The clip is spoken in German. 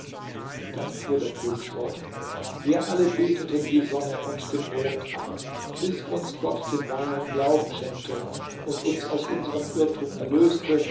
dann fuhr der könig fort wir alle beteten die sonne und den mond an bis uns gott den wahren glauben schenkte und uns aus unserem irrtum erlöste